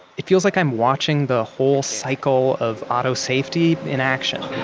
it feels like i'm watching the whole cycle of auto safety in action